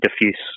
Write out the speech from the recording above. diffuse